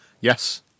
yes